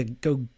go